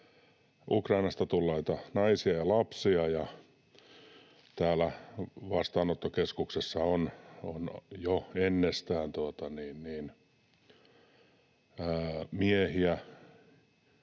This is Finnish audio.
Ukrainasta tulleita naisia ja lapsia. Täällä vastaanottokeskuksessa on jo ennestään miehiä,